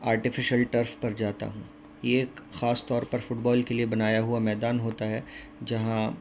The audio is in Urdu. آرٹیفیشیل ٹرف پر جاتا ہوں یہ ایک خاص طور پر فٹ بال کے لیے بنایا ہوا میدان ہوتا ہے جہاں